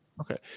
okay